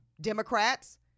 Democrats